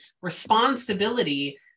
responsibility